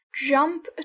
Jump